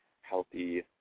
healthy